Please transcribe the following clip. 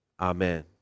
amen